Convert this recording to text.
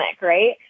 Right